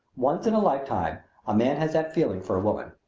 once in a lifetime a man has that feeling for a woman.